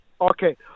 okay